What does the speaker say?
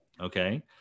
okay